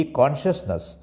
consciousness